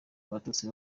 abatutsi